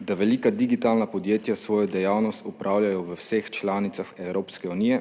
da velika digitalna podjetja svojo dejavnost opravljajo v vseh članicah Evropske unije,